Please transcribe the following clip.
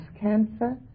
cancer